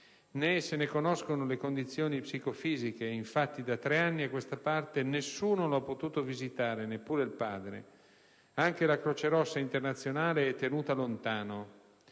Né se ne conoscono le condizioni psicofisiche. Infatti, da tre anni a questa parte nessuno lo ha potuto visitare, neppure il padre. Anche la Croce Rossa internazionale è tenuta lontano.